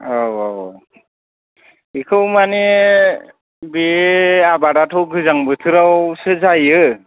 औ औ औ बेखौ मानि बे आबादाथ' गोजां बोथोरावसो जायो